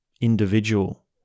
individual